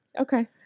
okay